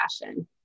fashion